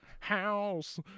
house